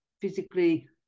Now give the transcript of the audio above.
physically